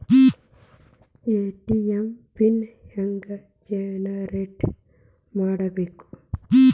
ATM PIN ಹೆಂಗ್ generate ಮಾಡಬೇಕು?